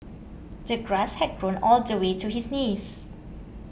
the grass had grown all the way to his knees